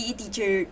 teacher